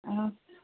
ஆ